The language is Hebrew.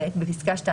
בפסקה (2),